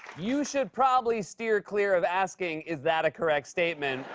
you should probably steer clear of asking, is that a correct statement?